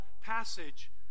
passage